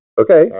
Okay